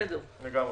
בסדר.